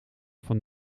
van